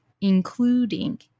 including